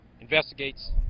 investigates